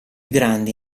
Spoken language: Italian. grandi